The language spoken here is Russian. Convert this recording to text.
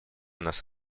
нас